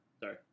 Sorry